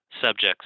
subjects